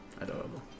Adorable